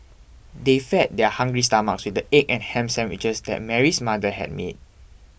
they fed their hungry stomachs the egg and ham sandwiches that Mary's mother had made